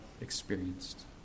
experienced